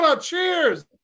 Cheers